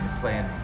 playing